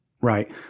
Right